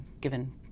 given